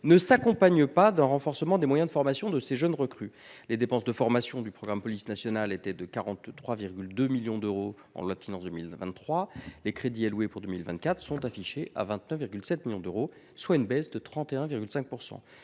ne s’accompagne pas d’un renforcement des moyens de formation de ces jeunes recrues. Les dépenses de formation du programme « Police nationale » étaient de 43,2 millions d’euros en loi de finances pour 2023. Les crédits alloués pour 2024 sont affichés à 29,7 millions d’euros, soit une baisse de 31,5